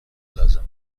لازم